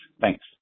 thanks